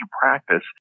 practice